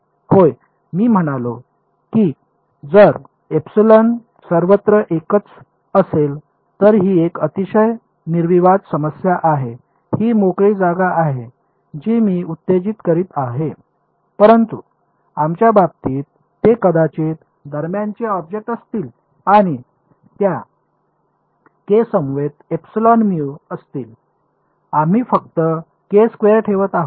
होय मी म्हणालो की जर एपिसलन सर्वत्र एकच असेल तर ही एक अतिशय निर्विवाद समस्या आहे ही मोकळी जागा आहे जी मी उत्तेजित करीत आहे परंतु आमच्या बाबतीत ते कदाचित दरम्यानचे ऑब्जेक्ट असतील आणि त्या के समवेत एप्सिलॉन म्यू असतील आम्ही फक्त के स्क्वेअर ठेवत आहोत